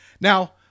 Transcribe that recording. Now